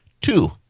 Two